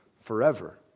forever